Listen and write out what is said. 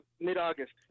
mid-August